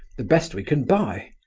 the best we can buy.